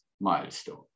milestone